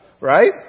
Right